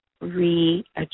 readjust